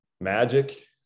Magic